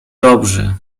dobrzy